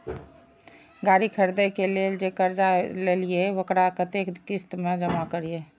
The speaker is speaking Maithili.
गाड़ी खरदे के लेल जे कर्जा लेलिए वकरा कतेक किस्त में जमा करिए?